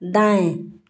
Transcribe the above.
दाएँ